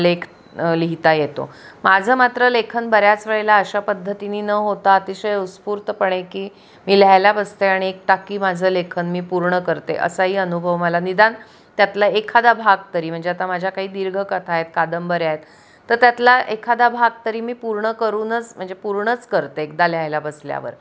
लेख लिहिता येतो माझं मात्र लेखन बऱ्याच वेळेला अशा पद्धतीनी न होता अतिशय उस्फूर्तपणे की मी लहायला बसते आणि एकटाकी माझं लेखन मी पूर्ण करते असाही अनुभव मला निदान त्यातला एखादा भाग तरी म्हणजे आता माझ्या काही दीर्घकथा आहेत कादंबऱ्या आहेत तर त्यातला एखादा भाग तरी मी पूर्ण करूनच म्हणजे पूर्णच करते एकदा लिहायला बसल्यावर